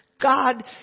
God